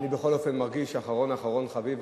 אני בכל אופן מרגיש אחרון אחרון חביב.